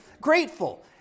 grateful